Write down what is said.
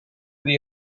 dia